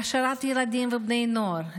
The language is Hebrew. להעשרת ילדים ובני נוער,